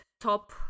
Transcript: top